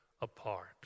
apart